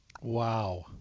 Wow